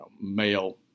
male